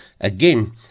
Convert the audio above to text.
again